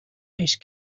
ice